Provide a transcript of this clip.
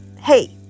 hey